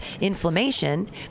inflammation